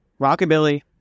rockabilly